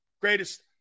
Greatest